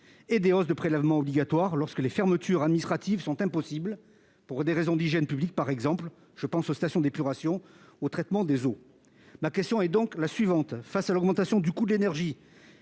et des hausses de prélèvements obligatoires lorsque les fermetures administratives sont impossibles, pour des raisons d'hygiène publique par exemple. Je pense aux stations d'épuration ou de traitement des eaux. Ma question est la suivante : face à l'augmentation non maîtrisable du coût de l'énergie